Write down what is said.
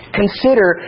consider